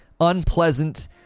unpleasant